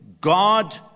God